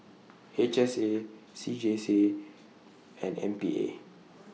H S A C J C and M P A